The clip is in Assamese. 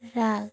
ৰাগ